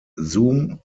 zoom